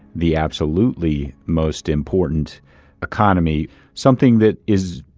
the absolutely most important economy something that is,